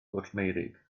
pwllmeurig